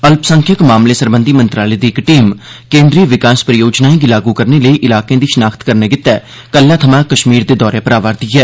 अल्पसंख्यक मामले सरबंधी मंत्रालय दी इक टीम केन्द्री विकास परियोजनाएं गी लागू करने लेई इलाके दी शनाख्त करने गितै कल्लै थमां कश्मीर दे दौरे पर अवा रदी ऐ